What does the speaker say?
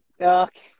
Okay